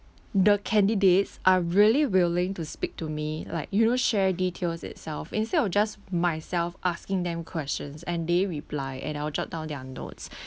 the candidates are really willing to speak to me like you know share details itself instead of just myself asking them questions and they reply and I'll jot down their notes